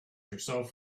yourself